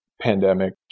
pandemic